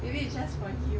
maybe it's just for you